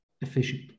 efficient